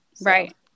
Right